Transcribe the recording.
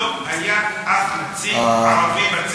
לא היה אף נציג ערבי.